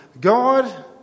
God